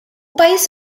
país